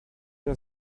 der